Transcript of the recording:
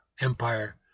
empire